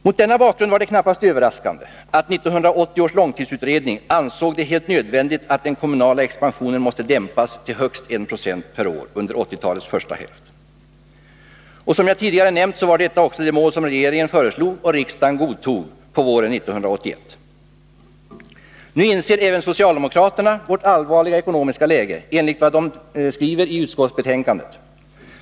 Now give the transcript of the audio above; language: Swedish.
Mot denna bakgrund var det knappast överraskande att 1980 års långtidsutredning ansåg det helt nödvändigt att den kommunala expansionen dämpas till högst 1 22 per år under 1980-talets första hälft. Som jag tidigare nämnt var detta också det mål som regeringen föreslog och riksdagen godtog på våren 1981. Nu inser även socialdemokraterna vårt allvarliga ekonomiska läge enligt vad de skriver i utskottsbetänkandet.